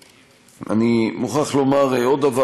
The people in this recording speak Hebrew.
אני מוכרח לומר עוד דבר.